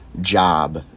job